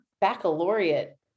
baccalaureate